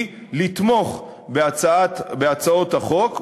ולכן החלטת ועדת השרים לחקיקה היא לתמוך בהצעות החוק,